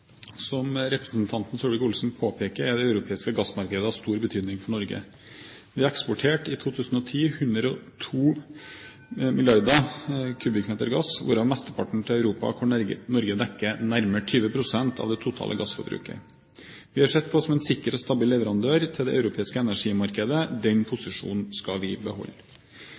Som representanten Solvik-Olsen påpeker, er det europeiske gassmarkedet av stor betydning for Norge. Vi eksporterte i 2010 102 milliarder m3 naturgass, hvorav mesteparten til Europa hvor Norge dekker nærmere 20 pst. av det totale gassforbruket. Vi er sett på som en sikker og stabil leverandør til det europeiske energimarkedet. Den posisjonen skal vi beholde.